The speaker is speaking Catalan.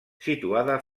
situada